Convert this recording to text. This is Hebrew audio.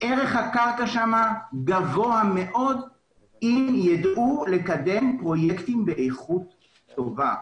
ערך הקרקע שם גבוה מאוד אם ידעו לקדם פרויקטים באיכות טובה.